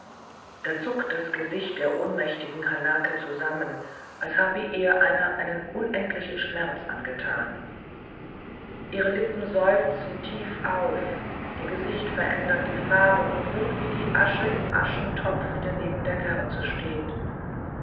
da zuckt das gesicht der ohnmächtigen hanake zusammen als habe ihr einer einen unendlichen schmerz angetan ihre lippen seufzen tief auf ihr gesicht verändert die farbe und wird wie asche im aschentopf der neben der kerze steht